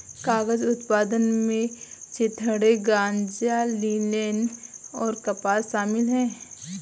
कागज उत्पादन में चिथड़े गांजा लिनेन और कपास शामिल है